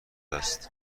است